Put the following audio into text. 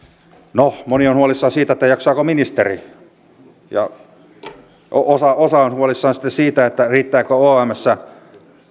no moni on huolissaan siitä jaksaako ministeri ja osa on huolissaan sitten siitä riittävätkö omssä